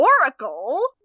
oracle